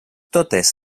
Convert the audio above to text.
totes